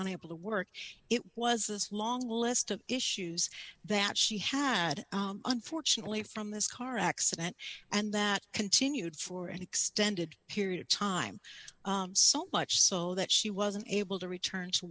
unable to work it was this long list of issues that she had unfortunately from this car accident and that continued for an extended period of time so much so that she wasn't able to return to